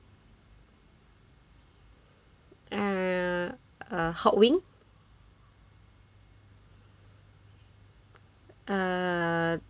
and uh hot wing uh